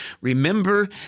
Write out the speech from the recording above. Remember